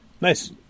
Nice